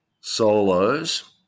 solos